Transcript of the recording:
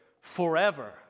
forever